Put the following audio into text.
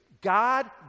god